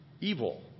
evil